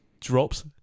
drops